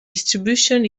distribution